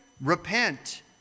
Repent